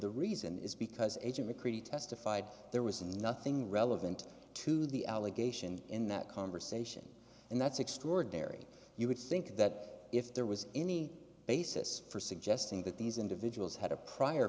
the reason is because agent mccready testified there was nothing relevant to the allegation in that conversation and that's extraordinary you would think that if there was any basis for suggesting that these individuals had a prior